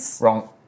wrong